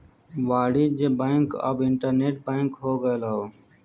वाणिज्य बैंक अब internet bank हो गयल हौ